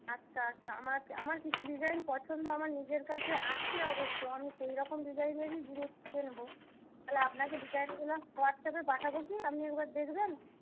আচ্ছা আচ্ছা আমাকে আমার কিছু ডিজাইন পছন্দ আমার নিজের কাছে আছে অবশ্য আমি সেইরকম ডিজাইনেরই জিনিস কিনব তাহলে আপনাকে ডিজাইনগুলো হোয়াটসঅ্যাপে পাঠাব কি আপনি একবার দেখবেন